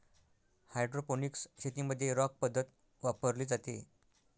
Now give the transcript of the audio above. hydroponics शेतीमध्ये rock पद्धत वापरली जाते